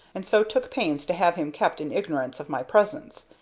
and so took pains to have him kept in ignorance of my presence.